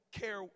care